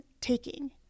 taking